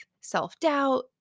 self-doubt